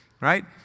right